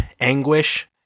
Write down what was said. anguish